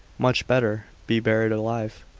much better be buried alive.